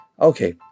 okay